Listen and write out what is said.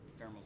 thermals